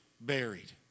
buried